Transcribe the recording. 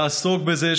לעסוק בזה.